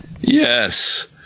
Yes